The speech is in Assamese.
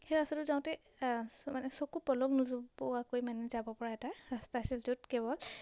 সেই ৰাস্তাটো যাওঁতে মানে চকু পলক নোযো নোপোৱাকৈ মানে যাব পৰা এটা ৰাস্তা আছিল য'ত কেৱল